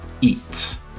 eat